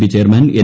B chairman N